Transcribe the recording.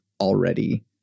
already